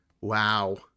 Wow